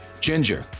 Ginger